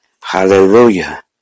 Hallelujah